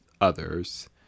others